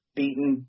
beaten –